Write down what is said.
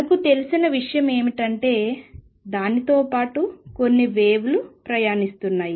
మనకి తెలిసిన విషయమేమిటంటే దానితో పాటు కొన్ని వేవ్ లు ప్రయాణిస్తున్నాయి